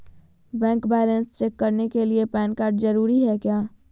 Bank balance check करने के लिए पैन कार्ड जरूरी है क्या?